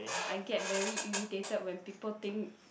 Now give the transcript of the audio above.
I get very irritated when people think